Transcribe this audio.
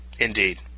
indeed